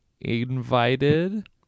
invited